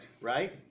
right